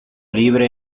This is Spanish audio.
libre